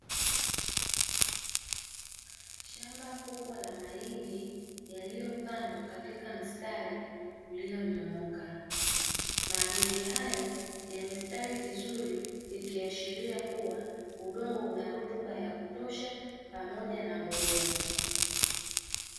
Shamba kubwa la mahindi yaliyopandwa katika mstari ulionyooka. Mahindi hayo yamestawi vizuri, ikiashiria kuwa udongo unarutuba ya kutosha pamoja na mbolea .